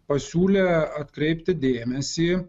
pasiūlė atkreipti dėmesį